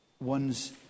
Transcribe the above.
ones